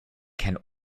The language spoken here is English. can